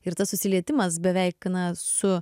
ir tas susilietimas beveik na su